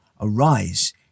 arise